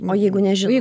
o jeigu nežinau